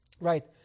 Right